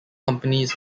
companies